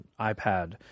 iPad